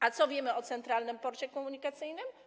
A co wiemy o Centralnym Porcie Komunikacyjnym?